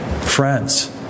friends